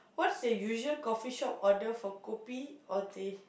what's the usual coffee shop order for kopi or teh